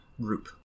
group